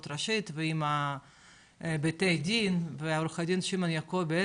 ראשית ועם בתי הדין ועו"ד שמעון יעקב עד לכך.